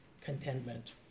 contentment